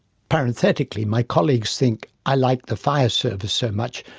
parenthetically, my colleagues think i like the fire service so much,